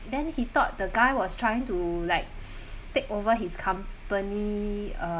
then he thought the guy was trying to like take over his company uh